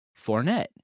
Fournette